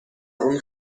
اون